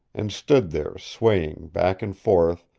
and stood there swaying back and forth,